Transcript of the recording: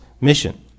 mission